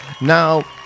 Now